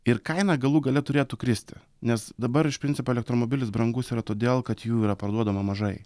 ir kaina galų gale turėtų kristi nes dabar iš principo elektromobilis brangus yra todėl kad jų yra parduodama mažai